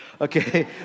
Okay